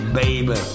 baby